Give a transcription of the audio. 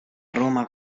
roma